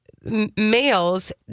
males